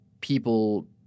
people